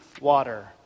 water